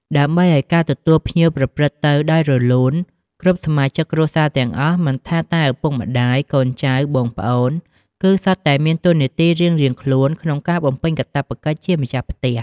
ដើម្បីឲ្យការទទួលភ្ញៀវប្រព្រឹត្តទៅដោយរលូនគ្រប់សមាជិកគ្រួសារទាំងអស់ មិនថាតែឪពុកម្ដាយ កូនចៅ បងប្អូន គឺសុទ្ធតែមានតួនាទីរៀងៗខ្លួនក្នុងការបំពេញកាតព្វកិច្ចជាម្ចាស់ផ្ទះ។